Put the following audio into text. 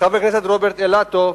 וחבר הכנסת רוברט אילטוב,